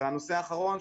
והנושא האחרון,